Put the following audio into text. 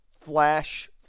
flash